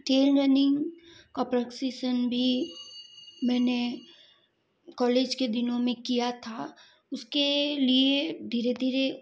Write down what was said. trail running का procession भी मैंने कॉलेज के दिनों में किया था उसके लिए धीरे धीरे